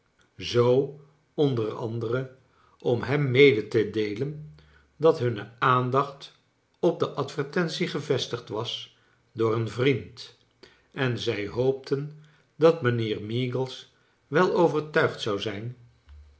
zoo o a om hem mede te deelen dat hunne aandacht op de advertentie gevestigd was door een vriend en zij hoopten dat mijnheer meagles wel overtuigd zou zijn